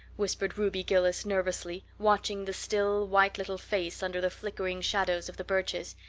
whispered ruby gillis nervously, watching the still, white little face under the flickering shadows of the birches.